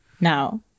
Now